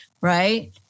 right